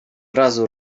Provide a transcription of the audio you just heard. razu